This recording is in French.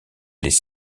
les